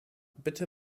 bitte